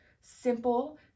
simple